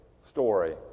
story